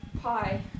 pie